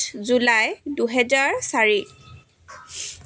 July দুহেজাৰ চাৰি